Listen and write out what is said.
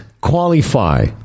qualify